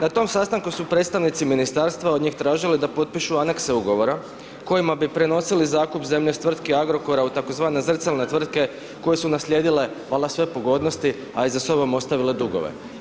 Na tom sastanku su predstavnici ministarstva od njih tražili da potpišu anekse ugovora kojima bi prenosili zakup zemlje s tvrtke Agrokora u tzv. zrcalne koje su naslijedile valjda sve pogodnosti a i za sobom ostavile dugove.